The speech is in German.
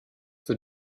für